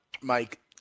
Mike